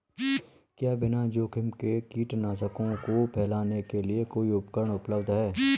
क्या बिना जोखिम के कीटनाशकों को फैलाने के लिए कोई उपकरण उपलब्ध है?